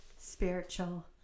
spiritual